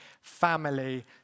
family